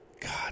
God